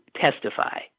testify